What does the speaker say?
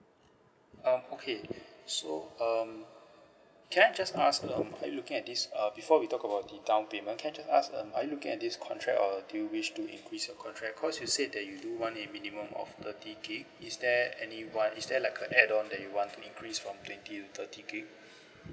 um okay so um can I just ask um are you looking at this uh before we talk about the downpayment can I just ask um are you looking at this contract or do you wish to increase your contract cause you said that you do want a minimum of thirty gig is there any want is there like a add-on that you want to increase from twenty to thirty gig